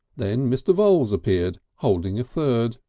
then mr. voules appeared holding a third.